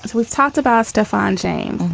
we've talked about stuff on james.